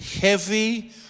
heavy